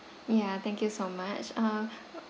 ya thank you so much uh